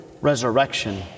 resurrection